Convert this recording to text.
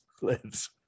lives